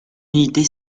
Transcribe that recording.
unité